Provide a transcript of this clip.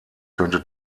könnte